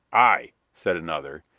aye, said another,